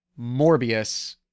Morbius